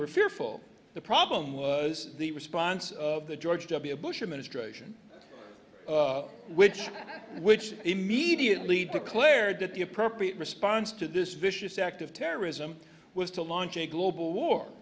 were fearful the problem was the response of the george w bush administration which which immediately declared that the appropriate response to this vicious act of terrorism was to launch a global war